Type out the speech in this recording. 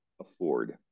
afford